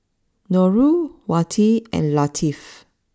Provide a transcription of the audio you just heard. Nurul Wati and Latif